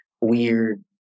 weird